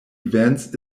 events